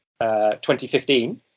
2015